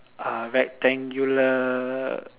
uh rectangular